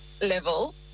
level